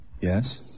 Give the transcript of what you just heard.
Yes